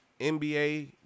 NBA